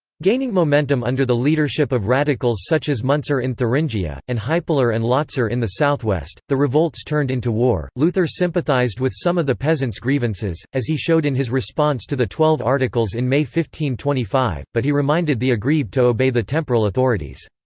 gaining momentum under the leadership of radicals such as muntzer in thuringia, and hipler and lotzer in the south-west, the revolts turned into war luther sympathised with some of the peasants' grievances, as he showed in his response to the twelve articles in may twenty five, but he reminded the aggrieved to obey the temporal authorities.